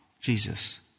Jesus